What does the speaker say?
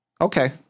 Okay